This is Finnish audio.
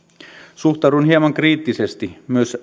suhtaudun hieman kriittisesti myös